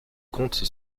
compte